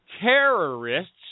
terrorists